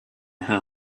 her